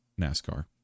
NASCAR